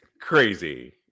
crazy